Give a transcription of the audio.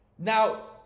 Now